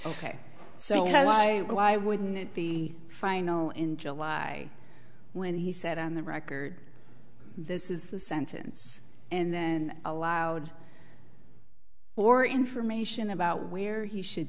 ok so why why wouldn't it be final in july when he said on the record this is the sentence and then aloud or information about where he should